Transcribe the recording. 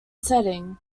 setting